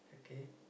okay